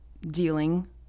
dealing